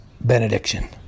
benediction